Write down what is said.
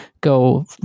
go